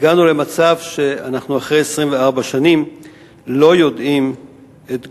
הגענו למצב שאנחנו לאחר 24 שנים לא יודעים את גורלו.